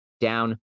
down